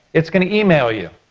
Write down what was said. it's gonna email you